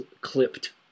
clipped